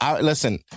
Listen